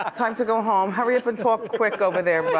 ah time to go home, hurry up and talk quick over there, but